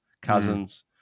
cousins